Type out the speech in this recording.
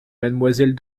mademoiselle